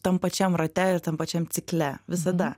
tam pačiam rate ir tam pačiam cikle visada